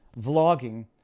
vlogging